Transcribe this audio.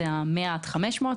100 עד 500,